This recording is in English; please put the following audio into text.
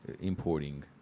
importing